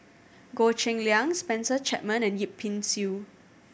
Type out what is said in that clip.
Goh Cheng Liang Spencer Chapman and Yip Pin Xiu